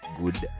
good